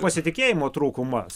pasitikėjimo trūkumas